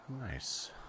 Nice